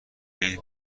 این